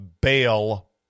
bail